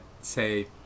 say